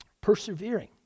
persevering